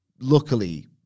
Luckily